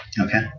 Okay